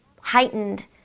heightened